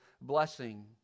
blessing